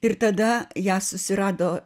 ir tada ją susirado